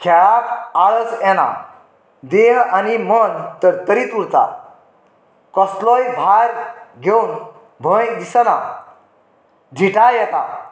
खेळाक आळस येना देह आनी मन तरतरीत उरता कसलोय भार घेवन भंय दिसना धिटाय येता